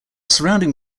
surrounding